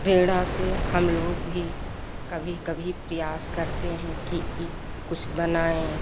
प्रेरणा से हम लोग भी कभी कभी प्रयास करते हैं कि यह कुछ बनाएँ